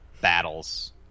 battles